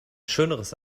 schöneres